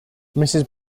mrs